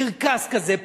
קרקס כזה,